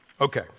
Okay